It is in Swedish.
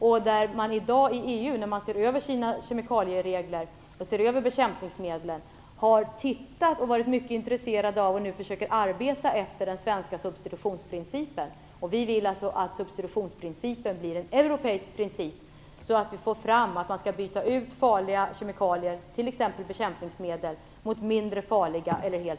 I EU när man i dag ser över kemikaliereglerna och användningen av bekämpningsmedel har man varit mycket intresserade av och försöker nu arbeta efter den svenska substitutionsprincipen. Vi vill att substitutionsprincipen skall bli en europeisk princip, så att vi får fram att man skall byta ut farliga kemikalier - t.ex.